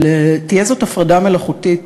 אבל תהיה זו הפרדה מלאכותית,